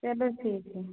चलो ठीक है